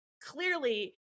clearly